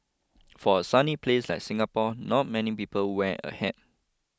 for a sunny place like Singapore not many people wear a hat